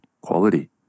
quality